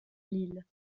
lille